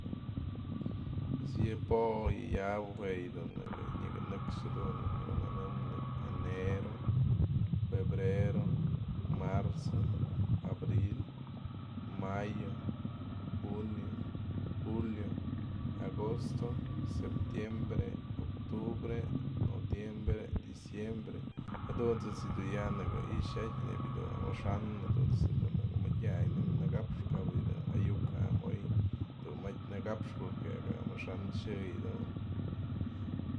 Pues yë po'o yë ya'abë jue yë nyëkënëx jadun yë nëkënë nëmëm nebya enero, febrero, marzo, abril, mayo, junio, julio, agosto, septiembre, octubre, noviembre, diciembre jadunt's ya'a nixat's nebya amaxanën jadunt's dun nëkë mëdyak nëka'axpë ka'ap yë dun ayu'uk am oy mjatyë nëka'axpë porque amaxanën xë yë'ë dun.